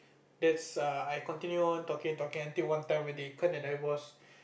that's err I continue on talking and talking until one time when they kinda divorce